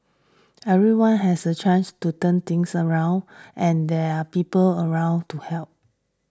everyone has a chance to turn things around and there are people around to help